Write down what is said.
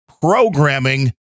programming